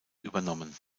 übernommen